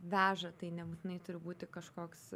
veža tai nebūtinai turi būti kažkoks